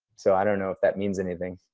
so i don't know if that means anything.